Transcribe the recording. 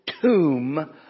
tomb